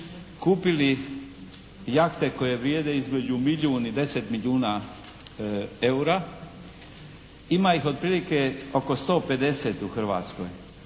kupili jahte koje vrijede između milijun i 10 milijuna eura. Ima ih otprilike oko 150 u Hrvatskoj,